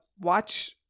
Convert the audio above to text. watch